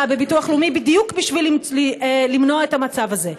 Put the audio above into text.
בביטוח לאומי בדיוק בשביל למנוע את המצב הזה.